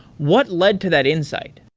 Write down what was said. what led to that insight?